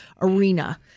arena